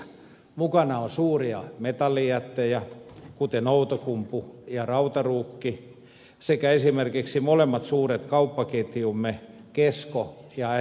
mukana on suuria metallijättejä kuten outokumpu ja rautaruukki sekä esimerkiksi molemmat suuret kauppaketjumme kesko ja sok